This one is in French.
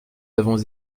avons